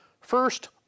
First